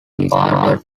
part